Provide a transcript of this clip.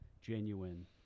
genuine